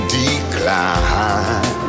decline